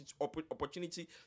opportunity